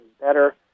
better